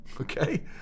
okay